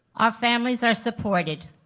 our families are supported.